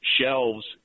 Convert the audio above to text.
shelves